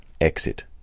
Exit